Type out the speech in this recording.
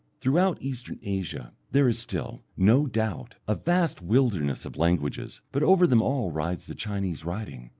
throughout eastern asia there is still, no doubt, a vast wilderness of languages, but over them all rides the chinese writing.